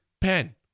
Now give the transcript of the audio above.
pen